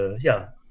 ja